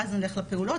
ואז נלך לפעולות,